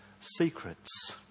secrets